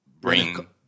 bring